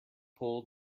pulled